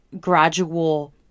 gradual